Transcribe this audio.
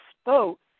spoke